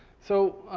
so,